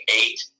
eight